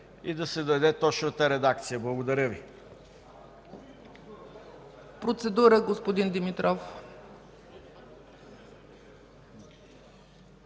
да се даде точната редакция. Благодаря Ви.